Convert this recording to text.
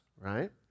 right